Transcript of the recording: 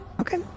Okay